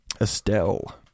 Estelle